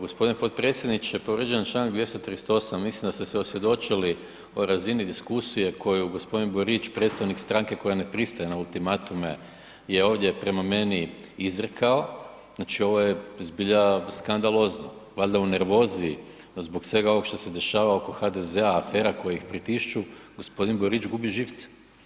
Gospodine potpredsjedniče povrijeđen je Članka 238. mislim da ste se osvjedočili o razini diskusije koju gospodin Borić predstavnik stranke koja ne pristaje na ultimatume je ovdje prema meni izrekao, znači ovo je zbilja skandalozno, valjda u nervozi zbog svega ovog što se dešava oko HDZ-a, afera koje ih pritišću gospodin Borić gubi živce.